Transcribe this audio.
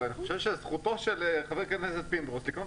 אבל זכותו של חבר הכנסת פינדרוס לקנות